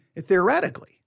theoretically